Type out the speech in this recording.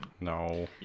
No